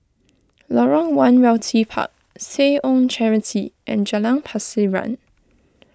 Lorong one Realty Park Seh Ong Charity and Jalan Pasiran